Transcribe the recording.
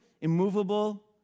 immovable